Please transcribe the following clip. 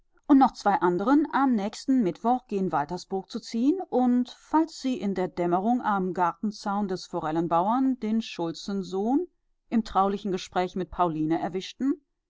und noch zwei anderen am nächsten mittwoch gen waltersburg zu ziehen und falls sie in der dämmerung am gartenzaun des forellenbauern den schulzensohn im traulichen gespräch mit pauline erwischten